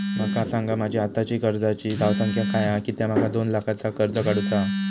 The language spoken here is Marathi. माका सांगा माझी आत्ताची कर्जाची धावसंख्या काय हा कित्या माका दोन लाखाचा कर्ज काढू चा हा?